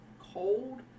cold